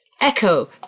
Echo